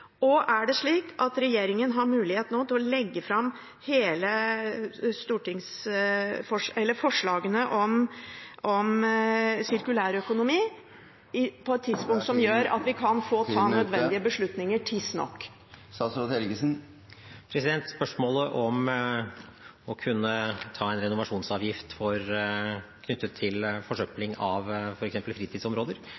Og er det slik at regjeringen nå har mulighet til å legge fram forslagene om sirkulær økonomi, på et tidspunkt som gjør at vi kan få tatt nødvendige beslutninger tidsnok? Spørsmålet om å kunne ha en renovasjonsavgift knyttet til